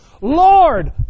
Lord